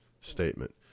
statement